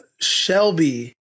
Shelby